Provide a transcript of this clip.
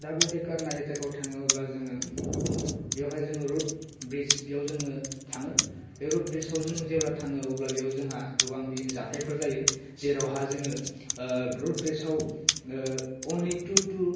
दाबल टेकारनाइ जायगायाव थाङो अब्ला जोङो बेयावहाय जोङो रड ब्रिज बेयाव जोङो थाङो बे रड ब्रिजाव जों जेब्ला थाङो अब्ला बेयाव जोंहा गोबां बिदिनो जाथायफोर जायो जेरावहा जोङो रड ब्रिजाव अनलि टु टु